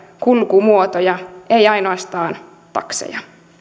kulkumuotoja ei ainoastaan takseja